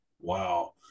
wow